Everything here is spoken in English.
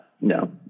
no